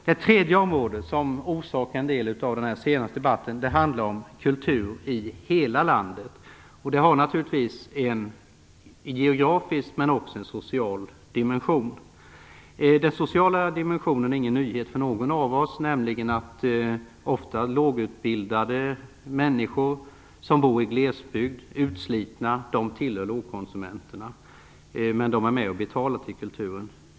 Det tredje området, som orsakat en del av den senaste debatten, handlar om kultur i hela landet. Den har naturligtvis en geografisk men också en social dimension. Den sociala dimensionen är ingen nyhet för någon av oss, nämligen att huvudsakligen lågutbildade, utslitna människor som bor i glesbygd tillhör lågkonsumenterna. Men de är med och betalar till kulturen.